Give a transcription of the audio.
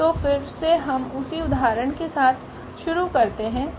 तो फिर से हम उसी उदाहरण के साथ शुरू करते है